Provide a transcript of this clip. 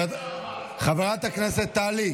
חברת הכנסת טלי,